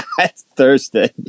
Thursday